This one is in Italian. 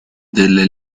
delle